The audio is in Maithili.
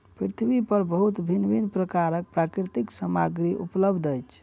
पृथ्वी पर बहुत भिन्न भिन्न प्रकारक प्राकृतिक सामग्री उपलब्ध अछि